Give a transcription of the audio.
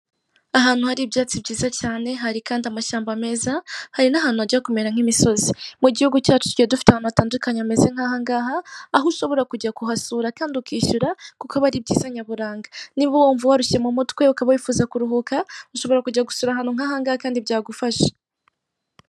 Ahantu hari ibyatsi byiza cyane, hari kandi amashyamba meza, hari n'ahantu hajya kumera nk'imisozi. Mu gihugu cyacu tugiye dufite ahantu hatandukanye hameze nk'ahangaha, aho ushobora kujya kuhasura kandi ukishyura kuko aba ari ibyiza nyaburanga, niba wumva warushye mu mutwe ukaba wumva ushaka kuruhuka, ushobora gusura ahantu nk'ahangaha kandi byagufasha.